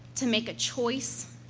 to make a choice,